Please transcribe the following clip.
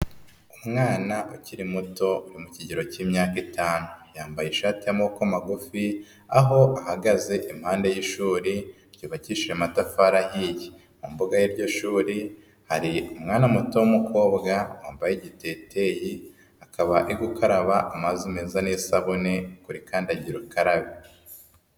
Umwana ukiri muto, uri mu kigero cy'imyaka itanu, yambaye ishati y'amaboko magufi, aho ahagaze i mpande y'ishuri ryubakishije amatafari ahiye, mu mbuga y'iryo shuri hari umwana muto w'umukobwa wambaye igiteyiteyi, akaba ari gukaraba amazi meza n'isabune kuri kandagira ukarabe.